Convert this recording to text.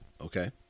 Okay